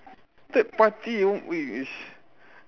third party eh